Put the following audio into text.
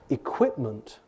equipment